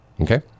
okay